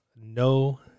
no